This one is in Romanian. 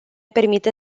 permite